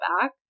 back